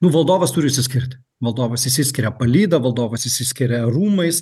nu valdovas turi išsiskirti valdovas išsiskiria palyda valdovas išsiskiria rūmais